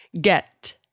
get